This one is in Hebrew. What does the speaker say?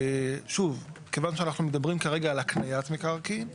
שוב, כיוון שאנחנו מדברים כרגע על הקניית מקרקעין.